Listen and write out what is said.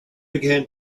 began